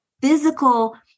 physical